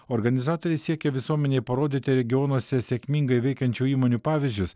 organizatoriai siekia visuomenei parodyti regionuose sėkmingai veikiančių įmonių pavyzdžius